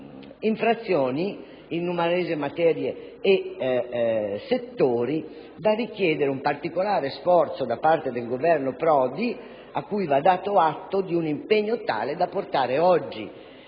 infrazioni in numerose materie e settori, da richiedere un particolare sforzo da parte del Governo Prodi, al quale va dato atto di un impegno che ha fatto